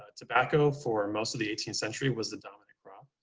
tobacco for most of the eighteenth century was the dominant crop.